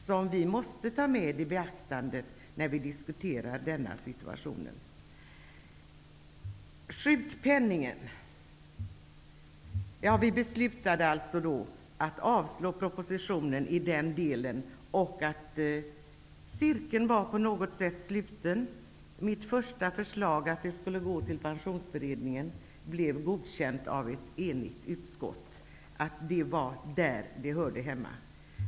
Detta faktum måste vi ta med i beaktandet vid diskussioner om denna situation. Vi beslutade att avstyrka propositionen i den delen. Cirkeln var på något sätt sluten. Mitt första förslag att ärendet skulle gå till Pensionsberedningen blev godkänt av ett enigt utskott. Det var där det hörde hemma.